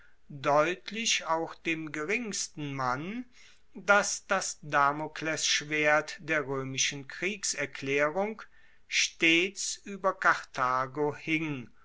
deutlich auch dem geringsten mann dass das damoklesschwert der roemischen kriegserklaerung stets ueber karthago hing